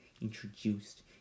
introduced